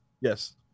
Yes